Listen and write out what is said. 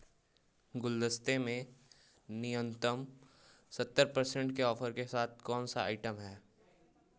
गुलदस्ते में न्यूनतम सत्तर पर सेंट के ऑफ़र के साथ कौन से आइटम हैं